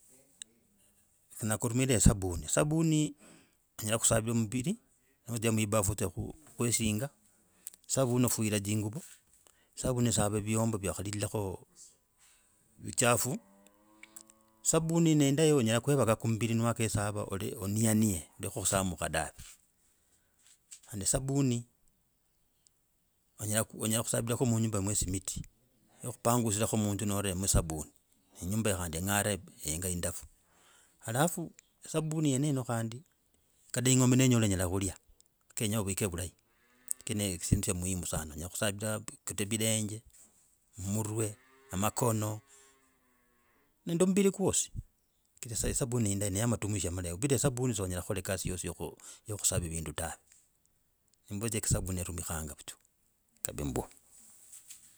Nya kurumikire sdabuni, esabuni enya kusavia mumbili nozia mwibafu adzia kwisinga, ofuyila tsinguvo sabuni esavya vyomba vya wakulilaako vuchafu. Sabuni ne indai onyela kwekava kumumbili ne wekesava onianie ovule kusamuka dave kandi sabuni onyela kusabililako muinyumba khandi ingare enga yindafu. Alafu sabuni yene kandi kada engombe nenyola enyela kulia, kenya ovike vulahi. Keneyo shindu sha muhimu sana. Onyela khusabila kata vilenje. Murwe na amakono nende omumbili kwosi sabuni ne yindayi ni ya amatumishi amalayi. Bila sabuni sonyela kola kasi yosi ya kusavia vindu tawe sabuni irumikanga vutswa kave mbwo.